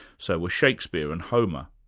so were shakespeare and homer.